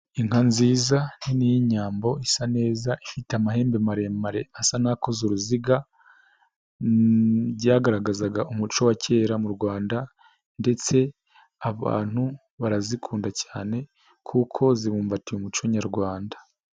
Inka nziza nini y'inyambo isa neza ifite amahembe maremare asa n'akoze uruziga, byagaragazaga umuco wa kera mu Rwanda ndetse abantu barazikunda cyane, kuko zibumbatiye umuco nyarwanda.